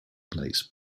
place